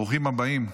ברוכים הבאים.